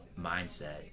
mindset